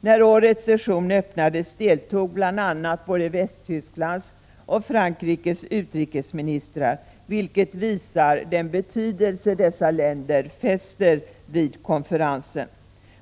När årets session öppnades deltog bl.a. både Västtysklands och Frankrikes utrikesministrar, vilket visar den betydelse dessa länder fäster vid konferensen.